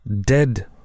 dead